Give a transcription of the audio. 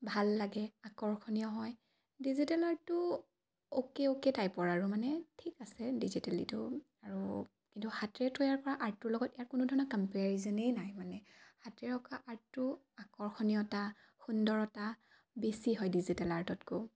ভাল লাগে আকৰ্ষণীয় হয় ডিজিটেল আৰ্টটো অ'কে অ'কে টাইপৰ আৰু মানে ঠিক আছে ডিজিটেলটো আৰু কিন্তু হাতেৰে তৈয়াৰ কৰা আৰ্টটোৰ লগত ইয়াৰ কোনো ধৰণৰ কম্পেৰিজেনেই নাই মানে হাতেৰে আৰ্টটো আকৰ্ষণীয়তা সুন্দৰতা বেছি হয় ডিজিটেল আৰ্টতকৈ